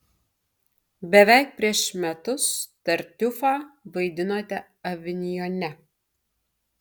beveik prieš metus tartiufą vaidinote avinjone